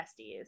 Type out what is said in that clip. besties